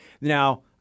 Now